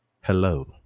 hello